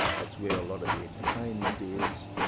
that's where a lot of the entertainment is,